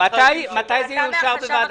הוא יאושר.